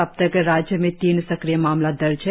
अब तक राज्य में तीन सक्रिय मामला दर्ज है